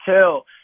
tell